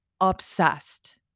obsessed